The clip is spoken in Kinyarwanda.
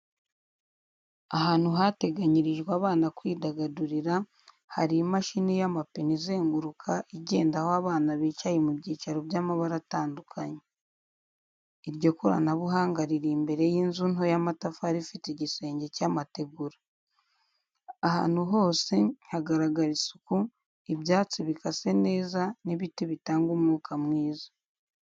Ahantu hateganyirijwe abana kwidagadurira, hari imashini y’amapine izenguruka, igendaho abana bicaye mu byicaro by’amabara atandukanye. Iryo koranabuhanga riri imbere y’inzu nto y’amatafari ifite igisenge cy’amategura. Ahantu hose hagaragara isuku, ibyatsi bikase neza, n’ibiti bitanga umwuka mwiza.